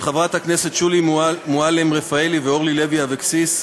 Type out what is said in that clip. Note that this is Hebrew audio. של חברות הכנסת שולי מועלם-רפאלי ואורלי לוי אבקסיס,